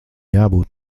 jābūt